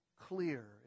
clear